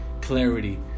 clarity